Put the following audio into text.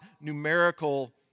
numerical